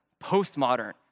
postmodern